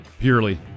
purely